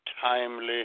timely